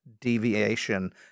deviation